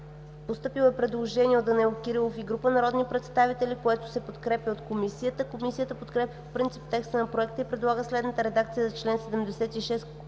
народния представител Данаил Кирилов и група народни представители, което се подкрепя от Комисията. Комисията подкрепя по принцип текста на Проекта и предлага следната редакция за чл. 76,